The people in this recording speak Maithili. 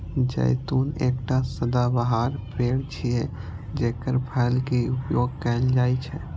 जैतून एकटा सदाबहार पेड़ छियै, जेकर फल के उपयोग कैल जाइ छै